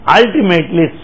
ultimately